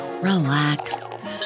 relax